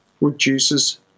reduces